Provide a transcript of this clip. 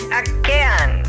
again